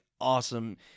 awesome